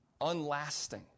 unlasting